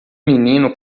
menino